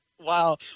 Wow